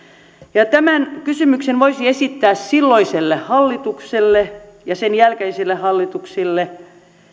ja tämän kysymyksen voisi esittää silloiselle hallitukselle ja sen jälkeisille hallituksille